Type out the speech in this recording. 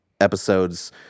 episodes